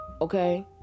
okay